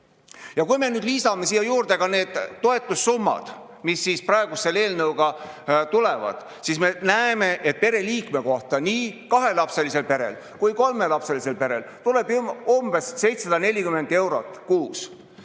Kui me nüüd lisame siia juurde need toetussummad, mis praegu selle eelnõuga tulevad, siis me näeme, et pereliikme kohta nii kahelapselisel perel kui kolmelapselisel perel tuleb umbes 740 eurot kuus.